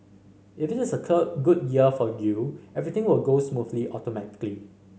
if it is a good year for you everything will go smoothly automatically